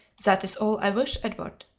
that is all i wish, edward.